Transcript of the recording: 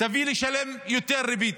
תביא לשלם יותר ריבית.